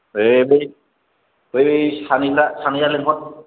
देलै बै सानैना सानैया लिंहर